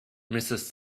mrs